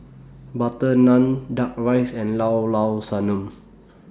Butter Naan Duck Rice and Llao Llao Sanum